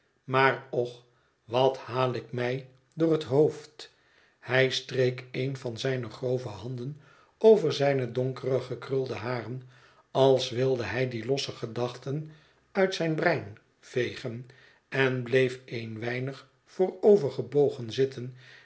maar och wat haal ik mij door het hoofd hij streek een van zijne grove handen over zijne donkere gekrulde haren als wilde hij die losse gedachten uit zijn brein vegen en bleef een weinig voorovergebogen zitten